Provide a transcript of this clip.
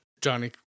Johnny